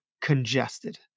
congested